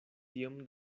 tiom